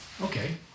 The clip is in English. Okay